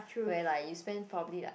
where like you spend probably like